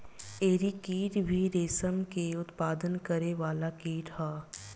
एरी कीट भी रेशम के उत्पादन करे वाला कीट ह